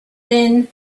thin